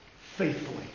faithfully